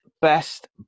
best